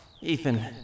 Ethan